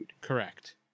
correct